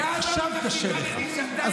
כמה מוסדות כאלה יש?